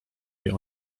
wie